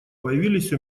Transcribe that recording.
появились